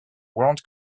world